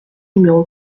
numéro